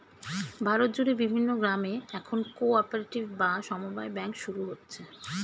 ভারত জুড়ে বিভিন্ন গ্রামে এখন কো অপারেটিভ বা সমব্যায় ব্যাঙ্ক শুরু হচ্ছে